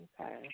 okay